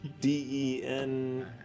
d-e-n